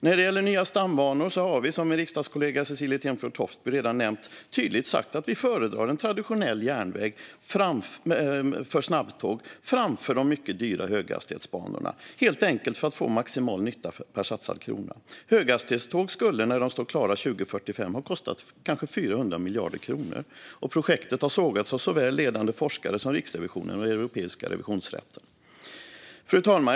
När det gäller nya stambanor har vi, som min riksdagskollega Cecilie Tenfjord Toftby redan nämnt, tydligt sagt att vi föredrar en traditionell järnväg för snabbtåg framför de mycket dyra höghastighetsbanorna, helt enkelt för att få maximal nytta per satsad krona. Höghastighetstågen skulle när de står klara 2045 ha kostat kanske 400 miljarder kronor, och projektet har sågats av såväl ledande forskare som Riksrevisionen och Europeiska revisionsrätten. Fru talman!